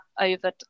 over